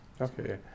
okay